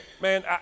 Man